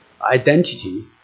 identity